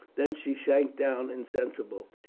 then she sank down insensible.